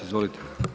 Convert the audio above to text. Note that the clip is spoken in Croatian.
Izvolite.